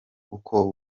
uko